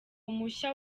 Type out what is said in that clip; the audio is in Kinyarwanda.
mushya